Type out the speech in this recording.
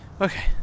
Okay